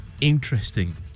interesting